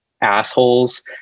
assholes